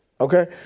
Okay